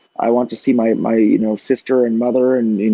i want to see my my you know sister and mother and